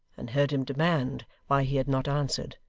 and heard him demand why he had not answered,